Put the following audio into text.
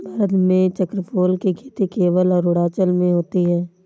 भारत में चक्रफूल की खेती केवल अरुणाचल में होती है